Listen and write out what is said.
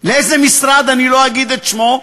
לאיזה משרד, אני לא אגיד את שמו,